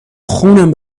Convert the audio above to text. خونم